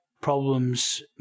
problems